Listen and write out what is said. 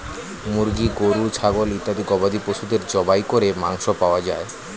মুরগি, গরু, ছাগল ইত্যাদি গবাদি পশুদের জবাই করে মাংস পাওয়া যায়